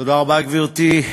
תודה רבה, גברתי.